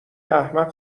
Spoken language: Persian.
احمق